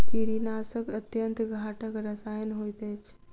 कीड़ीनाशक अत्यन्त घातक रसायन होइत अछि